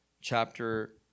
chapter